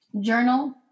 journal